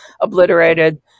obliterated